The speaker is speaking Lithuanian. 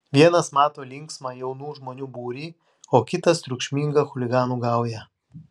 vienas mato linksmą jaunų žmonių būrį o kitas triukšmingą chuliganų gaują